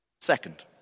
second